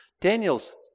Daniel's